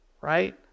right